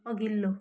अघिल्लो